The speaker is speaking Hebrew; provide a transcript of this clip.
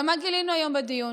אבל מה גילינו היום בדיון?